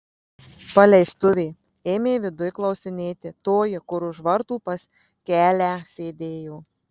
paleistuvė ėmė viduj klausinėti toji kur už vartų pas kelią sėdėjo